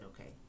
okay